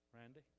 Randy